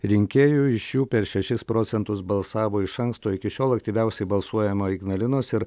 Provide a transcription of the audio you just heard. rinkėjų iš jų per šešis procentus balsavo iš anksto iki šiol aktyviausiai balsuojama ignalinos ir